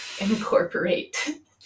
incorporate